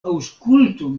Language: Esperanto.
aŭskultu